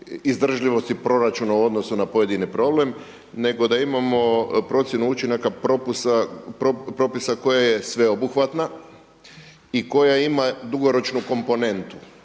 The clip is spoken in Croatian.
izdržljivosti proračuna u odnosu na pojedini problem nego da imamo procjenu učinaka propisa koja je sveobuhvatna i koja ima dugoročnu komponentu.